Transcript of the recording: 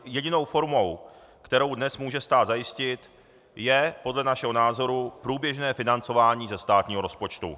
Jedinou formou, kterou dnes může stát zajistit, je podle našeho názoru průběžné financování ze státního rozpočtu.